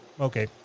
okay